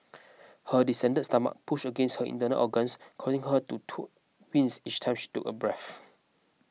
her distended stomach pushed against her internal organs causing her to to wince each time she took a breath